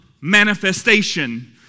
manifestation